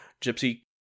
Gypsy